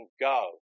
go